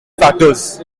factors